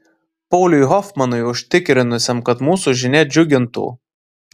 pauliui hofmanui užtikrinusiam kad mūsų žinia džiugintų